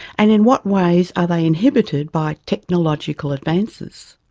and in what ways are they inhibited, by technological advances?